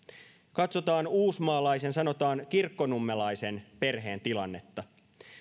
katsotaan uusmaalaisen sanotaan kirkkonummelaisen perheen tilannetta